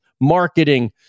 marketing